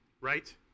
Right